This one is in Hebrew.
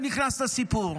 שנכנס לסיפור.